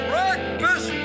Breakfast